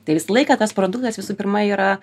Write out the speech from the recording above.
tai visą laiką tas produktas visų pirma yra